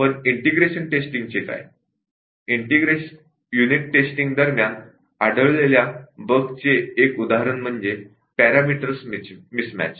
integration testing दरम्यान आढळलेल्या बगचे एक उदाहरण म्हणजे पॅरामीटर्स मिसमॅच